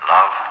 Love